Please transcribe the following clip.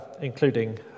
including